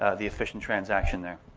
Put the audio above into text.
ah the efficient transaction there.